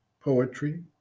poetry